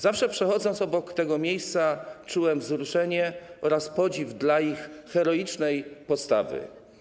Zawsze, przechodząc obok tego miejsca, czułem wzruszenie oraz podziw dla ich heroicznej postawy.